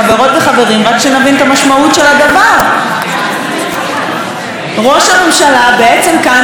רק שנבין את המשמעות של הדבר: ראש הממשלה בעצם מודה כאן,